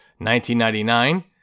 1999